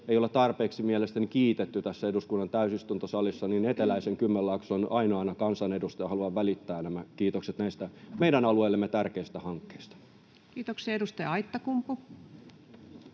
ei olla tarpeeksi mielestäni kiitetty tässä eduskunnan täysistuntosalissa, niin eteläisen Kymenlaakson ainoana kansanedustajana haluan välittää nämä kiitokset näistä meidän alueellemme tärkeistä hankkeista. [Speech 8] Speaker: